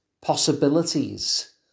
possibilities